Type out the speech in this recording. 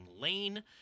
lane